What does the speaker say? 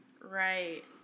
Right